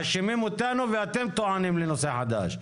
מאשימים אותנו ואתם טוענים לנושא חדש.